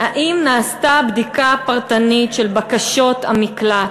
האם נעשתה בדיקה פרטנית של בקשות המקלט?